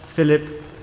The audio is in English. Philip